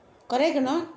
correct or not